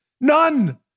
None